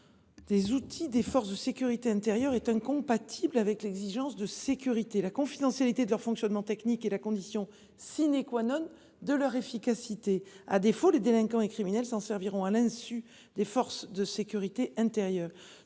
des outils des forces de sécurité intérieure est incompatible avec l'exigence de sécurité. La confidentialité de leur fonctionnement technique est la condition de leur efficacité. À défaut, les délinquants et criminels s'en serviront à l'insu des forces de sécurité intérieure.